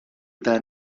اذا